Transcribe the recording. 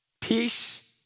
Peace